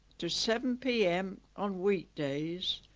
to seven p m. on weekdays.